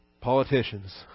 politicians